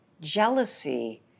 Jealousy